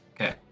okay